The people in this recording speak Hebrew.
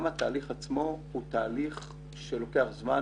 גם התהליך עצמו הוא תהליך שלוקח זמן,